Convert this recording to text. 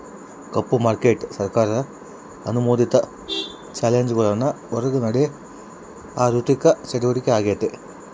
ಕಪ್ಪು market ಸರ್ಕಾರ ಅನುಮೋದಿತ ಚಾನೆಲ್ಗುಳ್ ಹೊರುಗ ನಡೇ ಆಋಥಿಕ ಚಟುವಟಿಕೆ ಆಗೆತೆ